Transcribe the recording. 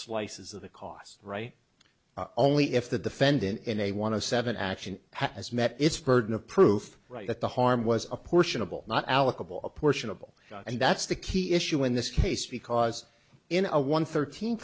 slices of the cost right only if the defendant in a want to seven action has met its burden of proof right at the harm was a portion of will not alec a portion of all and that's the key issue in this case because in a one thirteen